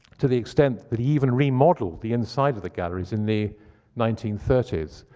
to the extent that he even remodeled the inside of the galleries in the nineteen thirty s.